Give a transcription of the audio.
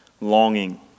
longing